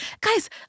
Guys